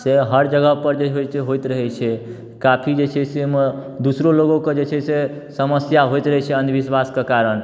से हर जगह पर जे होइ छै होयत रहै छै काफी जे छै से दूसरो लोक के जे छै से समस्या होयत रहै छै अंधविश्वास कऽ कारण